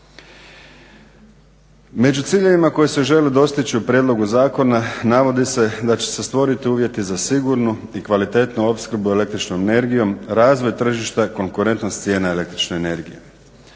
Među ciljevima koji se žele dostići u prijedlogu zakona navodi se da će se stvoriti uvjeti za sigurnu i kvalitetnu opskrbu električnom energijom, razvoj tržišta, konkurentnost cijena električne energije.